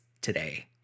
today